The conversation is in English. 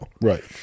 Right